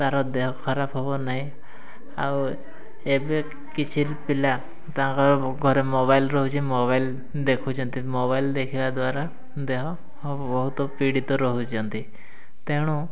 ତା'ର ଦେହ ଖରାପ ହେବ ନାହିଁ ଆଉ ଏବେ କିଛି ପିଲା ତାଙ୍କର ଘରେ ମୋବାଇଲ୍ ରହୁଛି ମୋବାଇଲ୍ ଦେଖୁଛନ୍ତି ମୋବାଇଲ୍ ଦେଖିବା ଦ୍ୱାରା ଦେହ ବହୁତ ପୀଡ଼ିତ ରହୁଛନ୍ତି ତେଣୁ